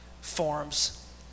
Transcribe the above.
forms